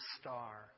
star